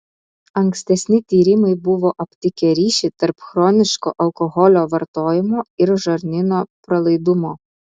ankstesni tyrimai buvo aptikę ryšį tarp chroniško alkoholio vartojimo ir žarnyno pralaidumo